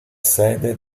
sede